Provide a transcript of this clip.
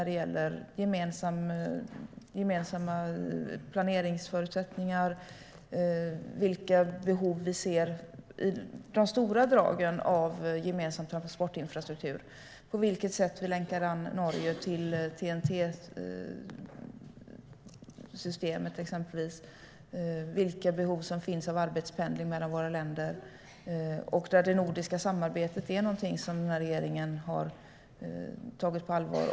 Det gäller gemensamma planeringsförutsättningar och vilka behov vi ser i de stora dragen i gemensam transportinfrastruktur, exempelvis på vilket sätt vi länkar an Norge till TNT-systemet och vilka behov av arbetspendling mellan våra länder som finns. Det nordiska samarbetet är någonting den här regeringen har tagit på allvar.